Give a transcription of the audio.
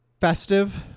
festive